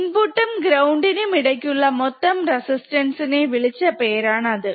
input നും ground നും ഇടക് ഉള്ള മൊത്തം റെസിസ്റ്റൻസ് നെ വിളിച്ച പേരാണ് അത്